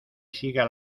siga